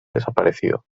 desaparecido